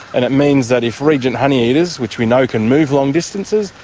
and it means that if regent honeyeaters, which we know can move long distances,